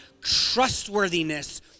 trustworthiness